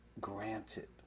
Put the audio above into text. granted